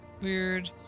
weird